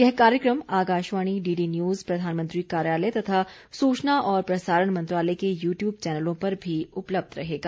यह कार्यक्रम Akashvani DD news प्रधानमंत्री कार्यालय तथा सूचना और प्रसारण मंत्रालय के यू ट्यूब चैनलों पर भी उपलब्ध रहेगा